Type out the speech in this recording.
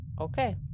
Okay